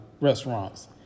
restaurants